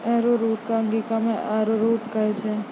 arrowroot कॅ अंगिका मॅ अरारोट कहै छै